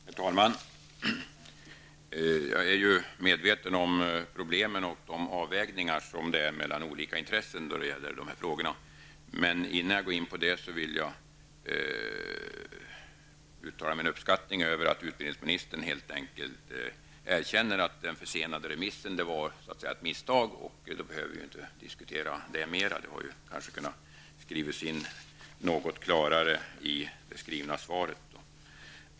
Herr talman! Jag är medveten om problemen och de avvägningar mellan olika intressen som måste göras i dessa frågor. Innan jag går in på detta vill jag uttala min uppskattning över att utbildningsministern helt enkelt erkänner att förseningen av remissen var ett misstag. Då behöver vi inte diskutera detta mer, men det hade kanske kunnat skrivas in något klarare i det utdelade svaret.